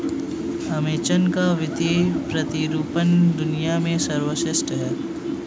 Amazon का वित्तीय प्रतिरूपण दुनिया में सर्वश्रेष्ठ है